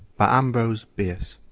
by ambrose bierce